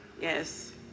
Yes